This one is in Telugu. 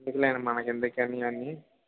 ఎందుకులెండి మనకెందుకు కానీ ఇవన్నీ